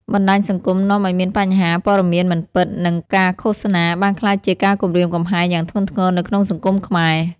បណ្តាញសង្គមនាំឲ្យមានបញ្ហា ព័ត៌មានមិនពិត និង ការឃោសនា បានក្លាយជាការគំរាមកំហែងយ៉ាងធ្ងន់ធ្ងរនៅក្នុងសង្គមខ្មែរ។